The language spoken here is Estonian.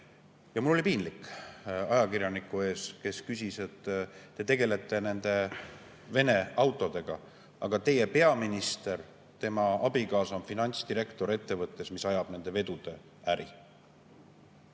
Mul oli piinlik ajakirjaniku ees, kes küsis: te tegelete nende Vene autodega, aga teie peaministri abikaasa on finantsdirektor ettevõttes, mis ajab nende vedude äri.